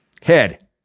Head